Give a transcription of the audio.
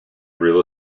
real